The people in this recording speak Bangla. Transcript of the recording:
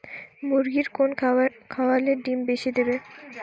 মুরগির কোন খাবার খাওয়ালে বেশি ডিম দেবে?